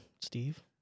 Steve